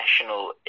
national